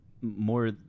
more